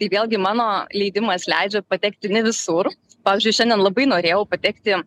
tai vėlgi mano leidimas leidžia patekti ne visur pavyzdžiui šiandien labai norėjau patekti